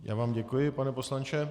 Já vám děkuji, pane poslanče.